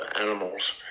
animals